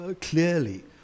clearly